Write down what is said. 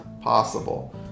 possible